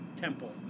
temple